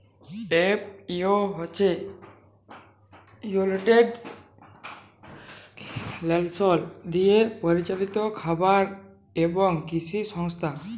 FAO হছে united nations দিয়ে পরিচালিত খাবার এবং কিসি সংস্থা